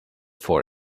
for